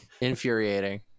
infuriating